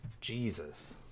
Jesus